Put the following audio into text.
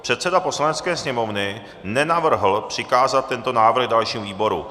Předseda Poslanecké sněmovny nenavrhl přikázat tento návrh dalšímu výboru.